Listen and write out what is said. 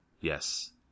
Yes